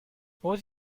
what